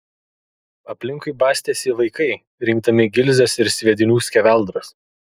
aplinkui bastėsi vaikai rinkdami gilzes ir sviedinių skeveldras